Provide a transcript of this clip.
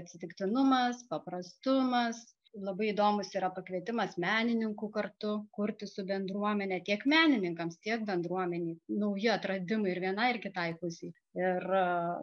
atsitiktinumas paprastumas labai įdomus yra pakvietimas menininkų kartu kurti su bendruomene tiek menininkams tiek bendruomenei nauji atradimai ir vienai ar kitai pusei ir